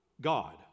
god